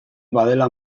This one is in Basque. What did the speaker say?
badela